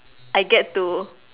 I get to